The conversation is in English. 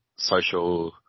social